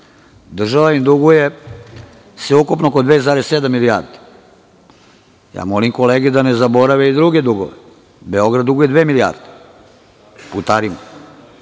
Država im duguje sve ukupno oko 2,7 milijardi. Molim kolege da ne zaborave i druge dugove. Beograd duguje dve milijarde putarima.